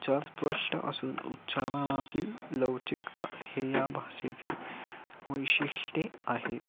उच्चार स्पष्ट असून उच्चारणातील लवचिकता हे या भाषेचे वैशिष्ट्ये आहे